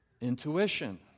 Intuition